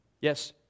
Yes